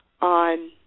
on